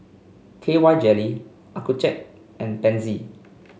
K Y Jelly Accucheck and Pansy